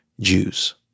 Jews